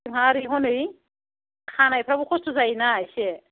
जोंहा ओरै हनै खानायफ्राबो खस्थ' जायोना इसे